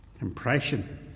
impression